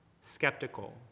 skeptical